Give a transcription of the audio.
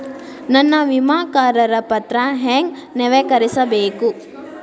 ನನ್ನ ವಿಮಾ ಕರಾರ ಪತ್ರಾ ಹೆಂಗ್ ನವೇಕರಿಸಬೇಕು?